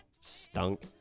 stunk